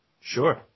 Sure